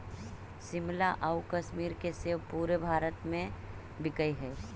शिमला आउ कश्मीर के सेब पूरे भारत में बिकऽ हइ